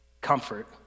comfort